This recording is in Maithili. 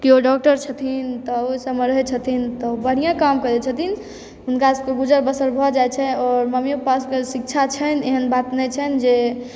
केओ डॉक्टर छथिन तऽ ओहिसभमे रहैत छथिन तऽ बढ़िआँ काम करैत छथिन हुनका सभके गुजर बसर भऽ जाइत छनि ओ मम्मिओ पापासभके शिक्षा छनि एहन बात नहि छनि जे